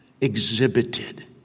exhibited